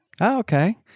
Okay